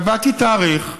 קבעתי תאריך,